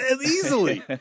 easily